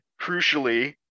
crucially